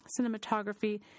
cinematography